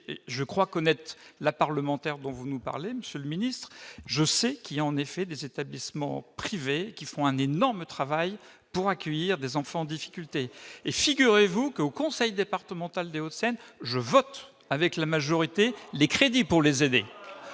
je crois connaître la parlementaire à laquelle vous avez fait référence, monsieur le ministre. Je sais, en effet, que certains établissements privés réalisent un énorme travail pour accueillir des enfants en difficultés. Et figurez-vous que, au conseil départemental des Hauts-de-Seine, je vote, avec la majorité, les crédits pour les aider.